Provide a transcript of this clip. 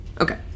Okay